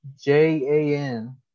J-A-N